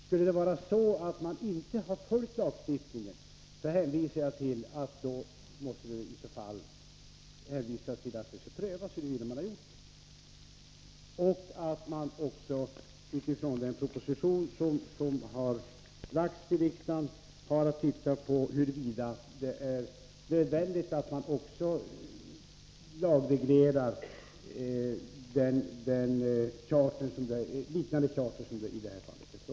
Skulle det vara så att redaren inte har följt lagstiftningen hänvisar jag till att det får prövas huruvida man har gjort det. Jag hänvisar också till att man enligt förslag i den proposition som har framlagts för riksdagen skall undersöka om det är nödvändigt att också lagreglera liknande charter.